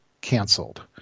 canceled